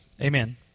Amen